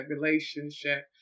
relationship